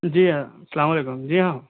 جی ہاں السلام علیکم جی ہاں